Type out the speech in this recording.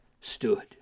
stood